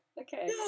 okay